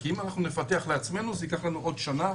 כי אם אנחנו נפתח בעצמנו זה ייקח לנו עוד שנה,